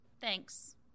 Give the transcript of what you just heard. Thanks